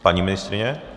Paní ministryně?